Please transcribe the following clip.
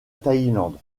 thaïlande